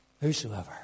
Whosoever